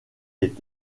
est